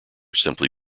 simply